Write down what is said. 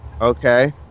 Okay